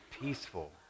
peaceful